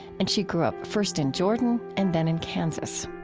and she grew up first in jordan and then in kansas